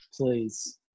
Please